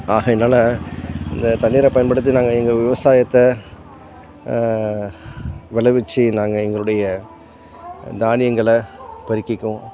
ஆகையினால் இந்த தண்ணீரை பயன்படுத்தி நாங்கள் எங்கள் விவசாயத்தை விளைவிச்சு நாங்கள் எங்களுடைய தானியங்களை பெருக்கிக்குவோம்